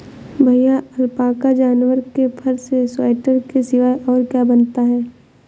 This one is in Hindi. भैया अलपाका जानवर के फर से स्वेटर के सिवाय और क्या बनता है?